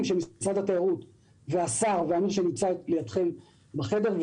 של משרד התיירות והשר ומי שנמצא לידכם בחדר,